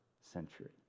century